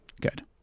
Good